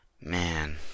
Man